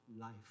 life